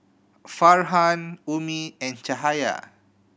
Farhan Ummi and Cahaya